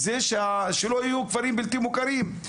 היא שלא יהיו כפרים בלתי מוכרים.